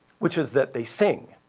which is that they sing.